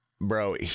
Bro